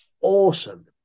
awesome